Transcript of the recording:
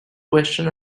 question